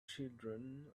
children